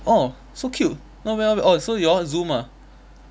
orh so cute not bad not bad oh so you all zoom ah